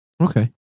Okay